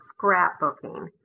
scrapbooking